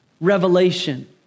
revelation